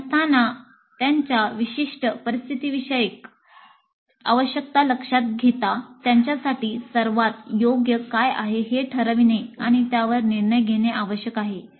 संस्थांना त्यांच्या विशिष्ट परिस्थितीविषयक आवश्यकता लक्षात घेता त्यांच्यासाठी सर्वात योग्य काय आहे हे ठरविणे आणि त्यावर निर्णय घेणे आवश्यक आहे